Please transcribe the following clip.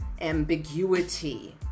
ambiguity